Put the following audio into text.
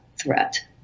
threat